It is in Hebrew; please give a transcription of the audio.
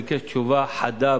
ביקש תשובה חדה,